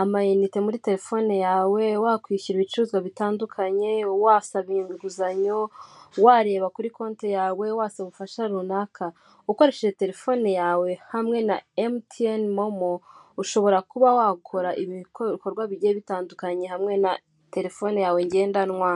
amanite muri telefone yawe, wakwishyura ibicuruzwa bitandukanye, wasaba inguzanyo, wareba kuri konti yawe, wasaba ubufasha runaka ukoresheje telefone yawe, hamwe na Emutiyeni momo ushobora kuba wakora ibikorwa bigiye bitandukanye hamwe na telefone yawe ngendanwa.